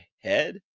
head